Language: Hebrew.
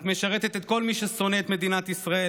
את משרתת את כל מי ששונא את מדינת ישראל,